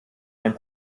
ein